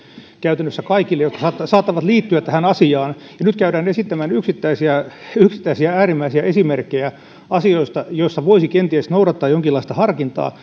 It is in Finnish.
käytännössä kaikille jotka saattavat liittyä tähän asiaan ja nyt käydään esittämään yksittäisiä yksittäisiä äärimmäisiä esimerkkejä asioista joissa voisi kenties noudattaa jonkinlaista harkintaa